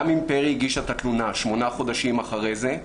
גם אם פרי הגישה את התלונה שמונה חודשים אחרי זה,